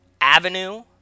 Avenue